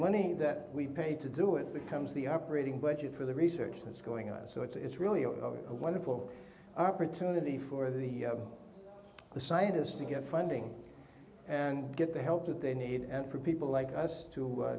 money that we paid to do it becomes the operating budget for the research that's going on so it's really over a wonderful opportunity for the the scientists to get funding and get the help that they need and for people like us to